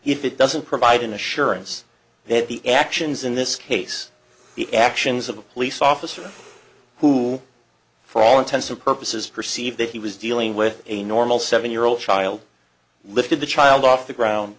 if it doesn't provide an assurance that the actions in this case the actions of a police officer who for all intensive purposes perceive that he was dealing with a normal seven year old child lifted the child off the ground